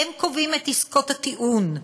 הם קובעים את עסקות הטיעון,